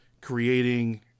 creating